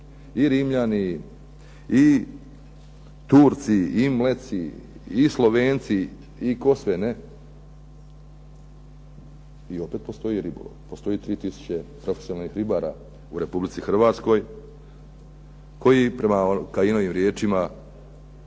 i Rimljani i Turci i Mleci i Slovenci i tko sve ne, i opet postoji ribolov. Postoji 3 tisuće profesionalnih ribara u RH koji prema Kajinovim riječima